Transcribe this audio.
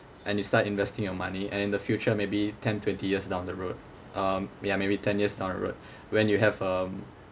and you start investing your money and in the future maybe ten twenty years down the road um ya maybe ten years down the road when you have um